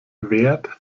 währt